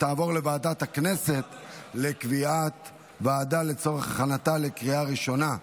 ותעבור לוועדת הכנסת לקביעת ועדה לצורך הכנתה לקריאה ראשונה.